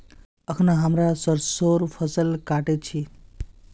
अखना हमरा सरसोंर फसल काटील छि